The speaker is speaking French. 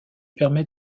permet